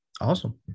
Awesome